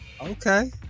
Okay